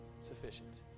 sufficient